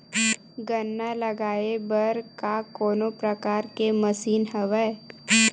गन्ना लगाये बर का कोनो प्रकार के मशीन हवय?